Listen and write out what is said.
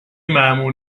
مامور